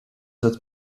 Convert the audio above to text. that